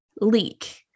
leak